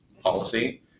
policy